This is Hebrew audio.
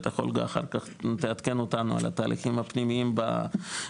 בטח אולגה אחר כך תעדכן אותנו על התהליכים הפנימיים במשרד.